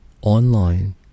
online